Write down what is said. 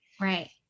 Right